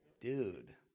Dude